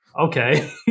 okay